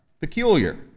peculiar